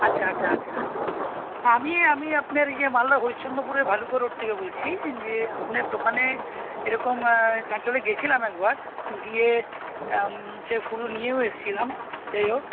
আচ্ছা আচ্ছা আচ্ছা আমি আমি আপনার ইয়ে মালদা হরিশ্চন্দ্রপুরের ভালুকা রোড থেকে বলছি যে আপনার দোকানে এরকম আসলে গিয়েছিলাম একবার গিয়ে সে ফুল নিয়েও এসছিলাম যাইহোক